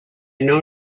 know